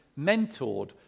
mentored